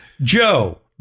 Joe